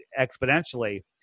exponentially